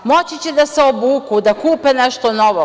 Moći će da se obuku, da kupe nešto novo“